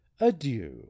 Adieu